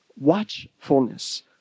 watchfulness